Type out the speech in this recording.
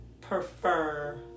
prefer